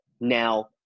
Now